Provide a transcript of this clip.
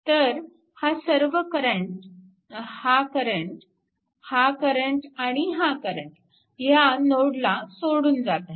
तर हा सर्व करंट हा करंट हा करंट आणि हा करंट ह्या नोडला सोडून जात आहेत